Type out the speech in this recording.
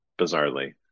bizarrely